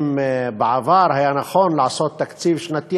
אם בעבר היה נכון לעשות תקציב שנתי,